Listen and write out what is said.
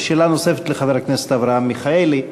שאלה נוספת לחבר הכנסת אברהם מיכאלי,